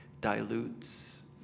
dilutes